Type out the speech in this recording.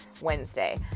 Wednesday